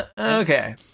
okay